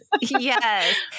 yes